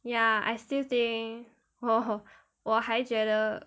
ya I still think 我我还觉得